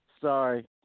sorry